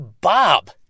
Bob